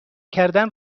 کردن